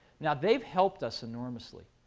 now, they've helped us enormously,